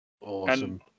Awesome